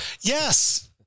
Yes